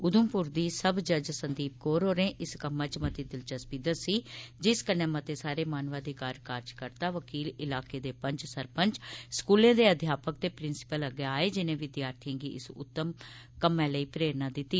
उघमपुर दी सब जज संदीप कौर होरें इस कम्मा च मती दिलचस्पी दस्सी जिस कन्नै मते सारे मानवधिकार कारर्जकर्ता वकील इलाके दे पंच सरपंच स्कूलें दे अध्यापक ते प्रिंसिपल अग्गै आए जिनें विद्यार्थिएं गी इस उत्तम कम्मै लेई प्रेरणा दित्ती